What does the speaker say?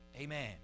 Amen